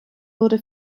wurde